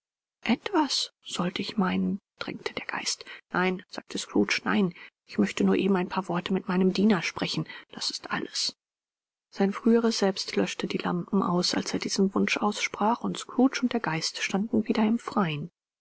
etwas sollt ich meinen drängte der geist nein sagte scrooge nein ich möchte nur eben ein paar worte mit meinem diener sprechen das ist alles sein früheres selbst löschte die lampen aus als er diesen wunsch aussprach und scrooge und der geist standen wieder im freien